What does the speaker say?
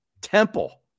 Temple